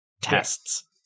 tests